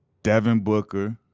devin booker,